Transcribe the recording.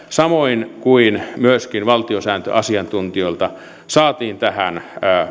samoin kuin myöskin valtiosääntöasiantuntijoilta saatiin tähän